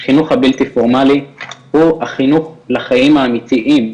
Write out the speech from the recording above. החינוך הבלתי פורמאלי הוא החינוך לחיים האמיתיים,